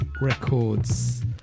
records